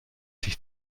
sich